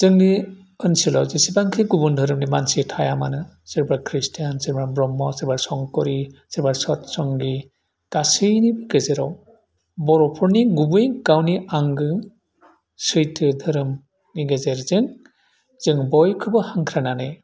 जोंनि ओनसोलाव जेसेबांखि गुबुन धोरोमनि मानसि थाया मानो सोरबा खृष्टीयान सोरबा ब्रह्म सोरबा संकरि सोरबा सत संगि गासैनिबो गेजेराव बर'फोरनि गुबै गावनि आंगो सैथो धोरोमनि गेजेरजों जों बयखौबो हांख्रायनानै